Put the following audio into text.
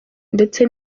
ndetse